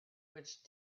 which